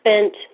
spent